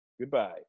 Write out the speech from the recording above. Goodbye